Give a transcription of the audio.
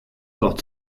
porte